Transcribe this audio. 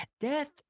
Death